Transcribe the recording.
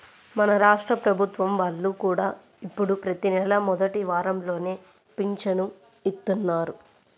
మన రాష్ట్ర ప్రభుత్వం వాళ్ళు కూడా ఇప్పుడు ప్రతి నెలా మొదటి వారంలోనే పింఛను ఇత్తన్నారు